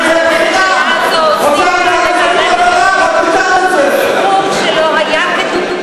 סכום שלא היה כדוגמתו בתקציב,